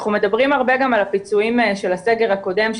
אנחנו מדברים הרבה גם על הפיצויים של הסגר הקודם,